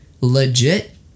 legit